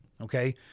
Okay